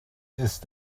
ist